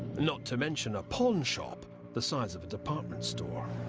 not to mention a pawn shop the size of a department store.